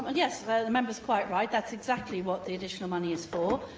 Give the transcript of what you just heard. and yeah ah the member is quite right that's exactly what the additional money is for.